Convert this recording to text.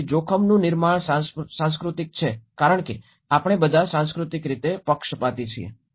તેથી જોખમનું નિર્માણ સાંસ્કૃતિક છે કારણ કે આપણે બધાં સાંસ્કૃતિક રીતે પક્ષપાતી છીએ